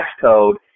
code